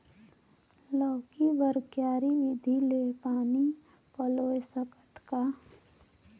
लौकी बर क्यारी विधि ले पानी पलोय सकत का?